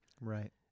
Right